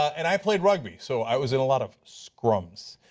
and i played rugby, so i was in a lot of scrums.